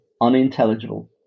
unintelligible